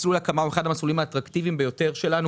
מסלול הקמה הוא אחד המסלולים האטרקטיביים ביותר שלנו,